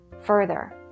further